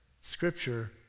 scripture